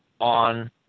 on